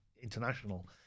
international